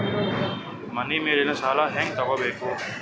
ಮನಿ ಮೇಲಿನ ಸಾಲ ಹ್ಯಾಂಗ್ ತಗೋಬೇಕು?